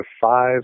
five